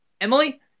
Emily